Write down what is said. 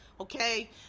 okay